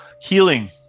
Healing